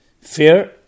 fear